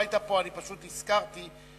קובע שהצעת חוק ביטוח בריאות ממלכתי (תיקון מס' 50)